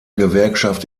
gewerkschaft